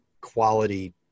quality